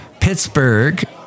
Pittsburgh